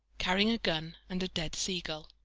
carrying a gun and a dead seagull.